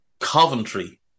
Coventry